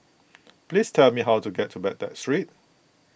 please tell me how to get to Baghdad Street